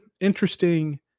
interesting